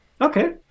Okay